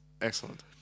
Excellent